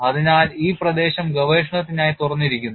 അതിനാൽ ഈ പ്രദേശം ഗവേഷണത്തിനായി തുറന്നിരിക്കുന്നു